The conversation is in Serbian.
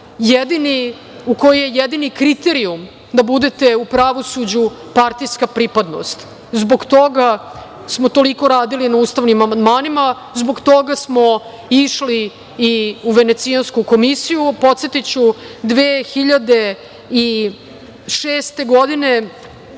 sudije u koji je jedini kriterijum da budete u pravosuđu partijska pripadnost. Zbog toga smo toliko radili na ustavnim amandmanima, zbog toga smo išli i u Venecijansku komisiju. Podsetiću, 2007. godine,